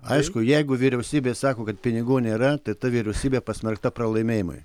aišku jeigu vyriausybė sako kad pinigų nėra tai ta vyriausybė pasmerkta pralaimėjimui